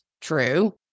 true